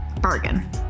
Bargain